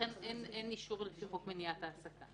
לכן אין אישור לפי חוק מניעת העסקה.